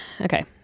okay